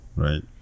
right